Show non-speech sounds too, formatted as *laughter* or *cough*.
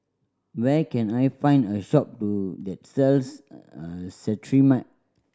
where can I find a shop to that sells *hesitation* Cetrimide